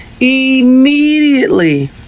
Immediately